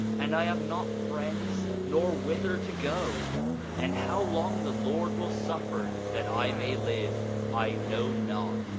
and i have not friends nor whither to go and how long the lord will suffer that i may live i know not.